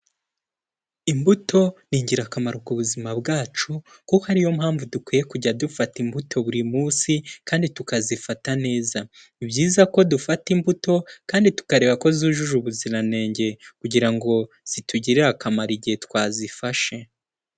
Imbuto ni ingirakamaro ku buzima bwacu kuko ariyo mpamvu dukwiye kujya dufata imbuto buri munsi kandi tukazifata neza. Ni byiza ko dufata imbuto, kandi tukareba ko zujuje ubuziranenge kugira ngo zitugirire akamaro igihe twazifashe.